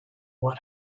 what